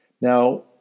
Now